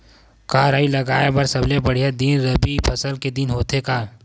का राई लगाय बर सबले बढ़िया दिन रबी फसल के दिन होथे का?